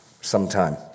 sometime